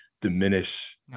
diminish